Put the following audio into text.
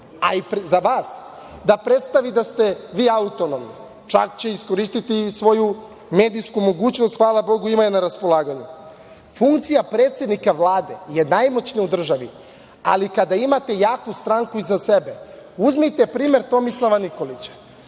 a i za vas, da predstavi da ste vi autonomni, čak će iskoristiti i svoju medijsku mogućnost, hvala Bogu ima je na raspolaganju. Funkcija predsednika Vlade je najmoćnija u državi, ali kada imate jaku stranku iza sebe. Uzmite primer Tomislava Nikolića.